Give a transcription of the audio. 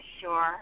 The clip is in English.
sure